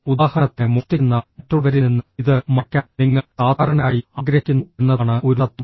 ഉദാഹരണത്തിന് മോഷ്ടിക്കുന്ന മറ്റുള്ളവരിൽ നിന്ന് ഇത് മറയ്ക്കാൻ നിങ്ങൾ സാധാരണയായി ആഗ്രഹിക്കുന്നു എന്നതാണ് ഒരു തത്വം